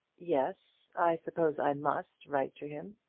yes i suppose i must write to him.